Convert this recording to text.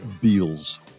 Beals